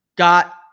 got